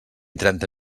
trenta